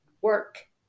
work